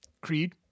Creed